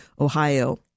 Ohio